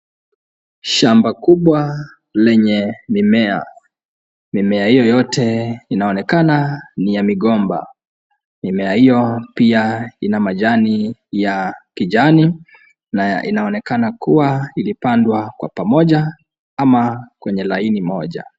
Shamba kubwa lenye mimea. Mimea hiyo yote inaonekana ni ya migomba. Mimea hiyo pia ina majani ya kijani na inaonekana kuwa ilipandwa kwa pamoja ama kwenye laini moja.